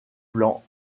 plan